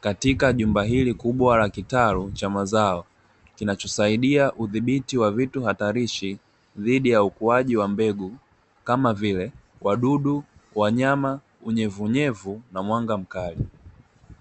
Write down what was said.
katika jumba hili kubwa la kitalu cha mazao, kinachosaidia kudhibiti vitu hatarishi dhidi ya ukuaji wa mbegu kama vile wadudu, wanyama, unyevu unyevu na mwanga mkali.